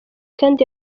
kandi